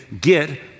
get